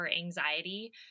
anxiety